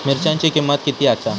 मिरच्यांची किंमत किती आसा?